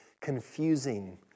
confusing